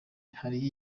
hari